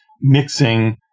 mixing